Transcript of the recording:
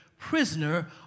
Prisoner